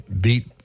beat